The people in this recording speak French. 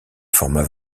formats